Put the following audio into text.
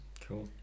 Cool